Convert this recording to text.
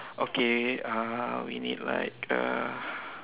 okay uh we need like uh